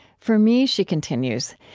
for me, she continues,